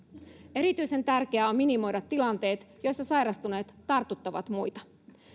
erityisen tärkeää on minimoida tilanteet joissa sairastuneet tartuttavat muita